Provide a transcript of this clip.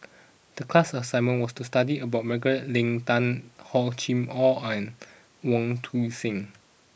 the class assignment was to study about Margaret Leng Tan Hor Chim Or and Wong Tuang Seng